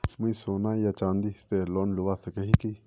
मुई सोना या चाँदी से लोन लुबा सकोहो ही?